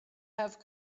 have